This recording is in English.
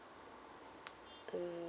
mm